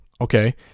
Okay